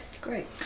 Great